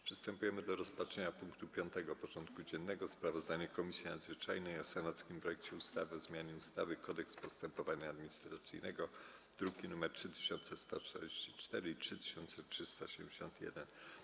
Przystępujemy do rozpatrzenia punktu 5. porządku dziennego: Sprawozdanie Komisji Nadzwyczajnej o senackim projekcie ustawy o zmianie ustawy Kodeks postępowania administracyjnego (druki nr 3144 i 3371)